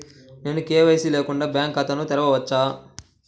నేను కే.వై.సి లేకుండా బ్యాంక్ ఖాతాను తెరవవచ్చా?